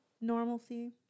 normalcy